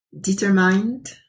Determined